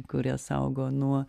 kurie saugo nuo